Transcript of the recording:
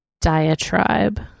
Diatribe